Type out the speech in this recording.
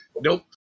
Nope